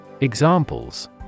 Examples